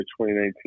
2019